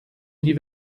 die